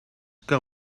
que